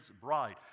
bride